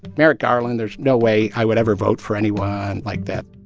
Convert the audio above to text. merrick garland there's no way i would ever vote for anyone like that